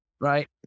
Right